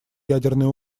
ядерной